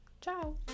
ciao